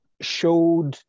showed